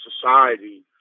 society